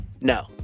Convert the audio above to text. No